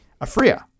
Afria